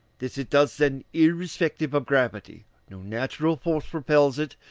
this it does then irrespective of gravity. no natural force propels it,